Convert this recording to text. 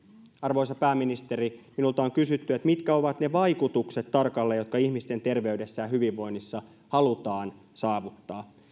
arvoisa pääministeri minulta on kysytty mitkä ovat tarkalleen ne vaikutukset jotka ihmisten terveydessä ja hyvinvoinnissa halutaan saavuttaa